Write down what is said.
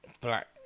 Black